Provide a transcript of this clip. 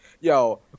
Yo